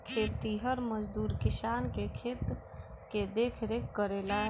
खेतिहर मजदूर किसान के खेत के देखरेख करेला